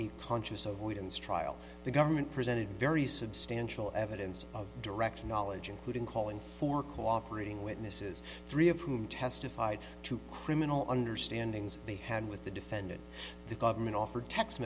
conscious of wooden's trial the government presented very substantial evidence of direct knowledge including calling for cooperating witnesses three of whom testified to criminal understanding's they had with the defendant the government offered text